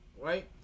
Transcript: right